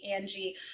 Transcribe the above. Angie